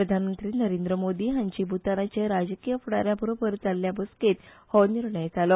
प्रधानमंत्री नरेंद्र मोदी हांची भूतानाचे राजकी फुडारया बटोबर जाल्ल्या बसकेत हो निर्णय जालो